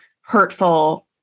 hurtful